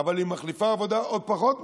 אבל היא מחליפה עבודה עוד פחות מקצועית.